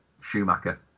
Schumacher